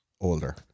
older